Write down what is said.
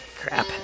crap